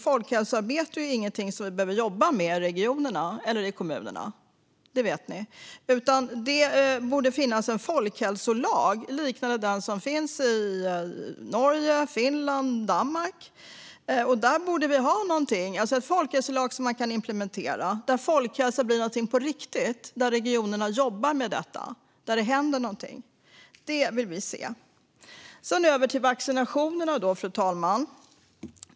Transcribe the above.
Folkhälsoarbete är ju ingenting som vi behöver jobba med i regionerna eller i kommunerna, det vet ni, utan det borde finnas en nationell folkhälsolag, liknande de som finns i Norge, Finland och Danmark. Vi borde ha en folkhälsolag som man kan implementera, där folkhälsa blir någonting på riktigt, där regionerna jobbar med detta och där det händer något. Det vill vi se. Sedan över till vaccinationerna, fru talman.